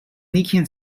nicking